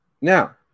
Now